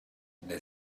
they